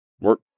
Work